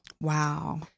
Wow